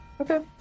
Okay